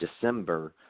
December